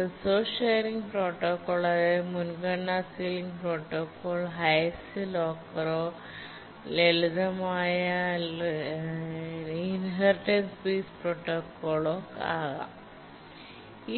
resource sharing protocol അതായത് മുൻഗണന ceiling protocol highest ലോക്കറോ ലളിതമായ ഇൻഹെറിറ്റൻസ് ബേസ്ഡ് പ്രോട്ടോക്കോളോ ആകാം